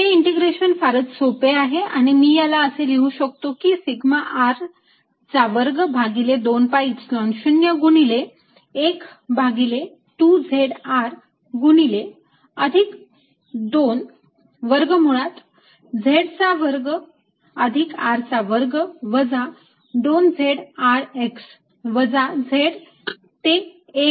हे इंटिग्रेशन फारच सोपे आहे आणि मी याला असे लिहू शकतो की सिग्मा R चा वर्ग भागिले 2 Epsilon 0 गुणिले वजा 1 भागिले 2 z R गुणिले अधिक 2 वर्गमुळात z चा वर्ग अधिक R चा वर्ग वजा 2 z R x वजा z ते 1